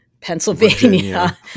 Pennsylvania